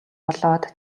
болоод